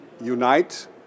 unite